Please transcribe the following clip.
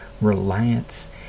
reliance